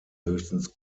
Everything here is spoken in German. höchstens